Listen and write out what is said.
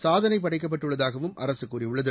சாதனை படைக்கப்பட்டுள்ளதாகவும் அரசு கூறியுள்ளது